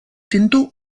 tentò